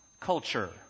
culture